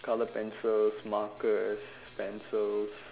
colour pencil markers pencils